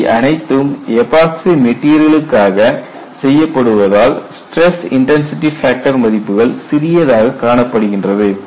இவை அனைத்தும் எபோக்சி மெட்டீரியலுக்காக செய்யப்படுவதால் ஸ்டிரஸ் இன்டன்சிடி ஃபேக்டர் மதிப்புகள் சிறியதாக காணப்படுகின்றது